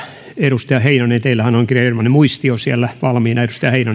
edustaja heinonen teillähän onkin erinomainen muistio siellä valmiina